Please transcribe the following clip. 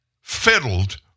fiddled